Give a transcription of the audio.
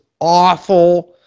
awful